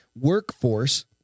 workforce